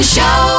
Show